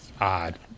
odd